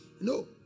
No